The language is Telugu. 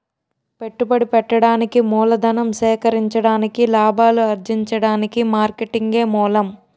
పెట్టుబడి పెట్టడానికి మూలధనం సేకరించడానికి లాభాలు అర్జించడానికి మార్కెటింగే మూలం